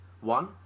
One